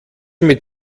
mit